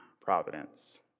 providence